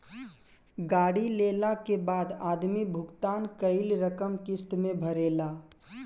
गाड़ी लेला के बाद आदमी भुगतान कईल रकम किस्त में भरेला